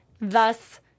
thus